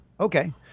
Okay